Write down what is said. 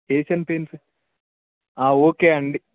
Asian Paints okay అండి